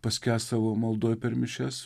paskęst savo maldoj per mišias